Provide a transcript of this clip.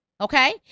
Okay